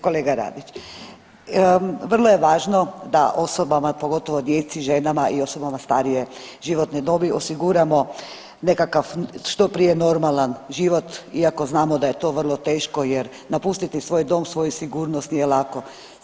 Kolega Radić, vrlo je važno da osobama pogotovo djeci, ženama i osobama starije životne dobi osiguramo nekakav što prije normalan život iako znamo da je to vrlo teško jer napustiti svoj dom i svoju sigurnost nije lako.